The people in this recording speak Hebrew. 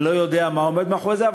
אני לא יודע מה עומד מאחורי זה,